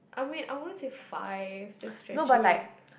I mean I wouldn't say five that's stretching it